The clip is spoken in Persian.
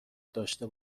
داشته